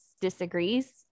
disagrees